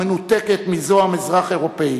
המנותקת מזו המזרח-אירופית.